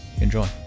enjoy